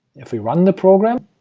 if we run the program